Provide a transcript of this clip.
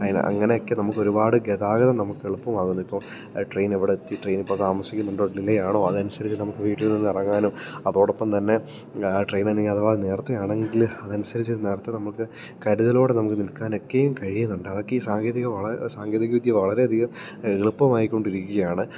അങ്ങനെയൊക്കെ നമുക്കൊരുപാട് ഗതാഗതം നമുക്ക് എളുപ്പമാകുന്ന് ഇപ്പോൾ അത് ട്രെയ്ന് എവ്ടെത്തി ട്രെയിന് ഇപ്പോൾ താമസിക്കുന്നുണ്ടോ ഡിലെയാണോ അതനുസരിച്ച് നമുക്ക് വീട്ടിൽ നിന്നിറങ്ങാനും അതോടൊപ്പംതന്നെ ആ ട്രെയിനിനി അഥവാ നേരത്തെയാണെങ്കിൽ അതനുസരിച്ച് നേരത്തെ നമുക്ക് കരുതലോടെ നമുക്ക് നിൽക്കാനൊക്കെയും കഴിയുന്നുണ്ട് അതൊക്കെ ഈ സാങ്കതിക സാങ്കേതികവിദ്യ വളരെയധികം എളുപ്പമായിക്കൊണ്ടിരിക്കുകയാണ്